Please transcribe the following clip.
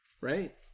right